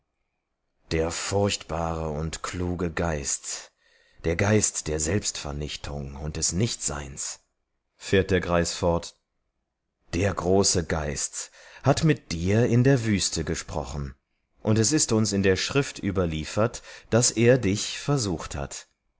der furchtbare und kluge geist der geist der selbstvernichtung und des nichtseins fuhr der greis fort der große geist redete zu dir in der wüste und uns ist in den büchern überliefert daß er dich dort versuchte ist